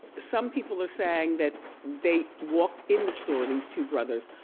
some people are saying that they walked in the store, these two brothers,